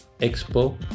expo